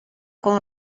con